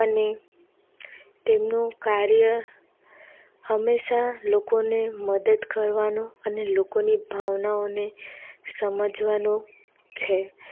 અને તેમનું કાર્ય હંમેશા લોકોને મદદ કરવાનું અને લોકોની ભાવનાઓને સમજવાનું છે